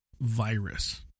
virus